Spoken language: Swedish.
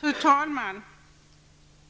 Fru talman!